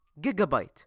Gigabyte